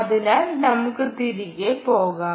അതിനാൽ നമുക്ക് തിരികെ പോകാം